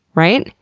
right?